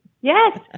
Yes